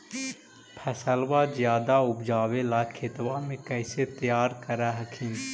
फसलबा ज्यादा उपजाबे ला खेतबा कैसे तैयार कर हखिन?